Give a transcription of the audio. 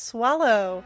Swallow